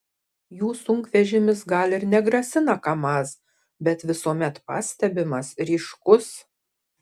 jų sunkvežimis gal ir negrasina kamaz bet visuomet pastebimas ryškus